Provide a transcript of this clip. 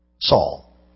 Saul